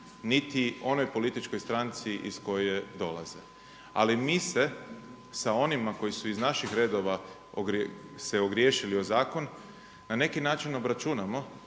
niti onoj političkoj stranci iz koje dolaze. Ali mi se s onima koji su iz naših redova se ogriješili o zakon, na neki način obračunamo